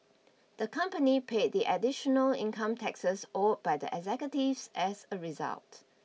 the company paid the additional income taxes owed by the executives as a result